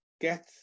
get